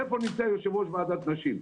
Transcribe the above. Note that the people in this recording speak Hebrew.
איפה נמצא יושב-ראש ועדת נשים?